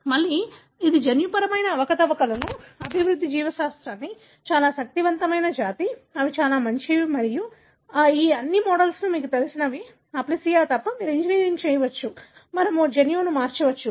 మళ్ళీ ఇది జన్యుపరమైన అవకతవకలకు అభివృద్ధి జీవశాస్త్రానికి చాలా శక్తివంతమైన జాతి అవి చాలా మంచివి మరియు ఈ అన్ని మోడల్లో మీకు తెలిసినవి అప్లిసియా తప్ప మీరు ఇంజనీర్ చేయవచ్చు మనము జన్యువును మార్చవచ్చు